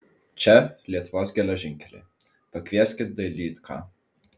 čia lietuvos geležinkeliai pakvieskit dailydką